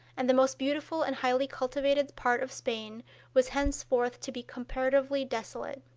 and the most beautiful and highly cultivated part of spain was henceforth to be comparatively desolate.